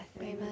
Amen